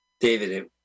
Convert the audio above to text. David